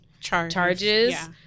charges